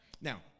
Now